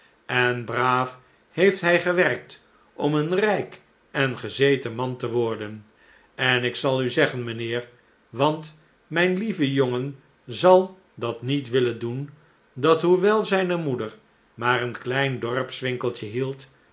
en braaf heeft hij gewerkt om een rijk en gezeten man te worden en ik zal u zeggen mijnheer want mijn lieve jongen zal dat niet willen doen dat hoewel zijne moeder maar een klein dorps winkeltje hield